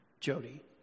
Jody